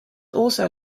also